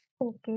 Okay